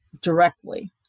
directly